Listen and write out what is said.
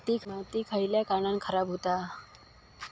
माती खयल्या कारणान खराब हुता?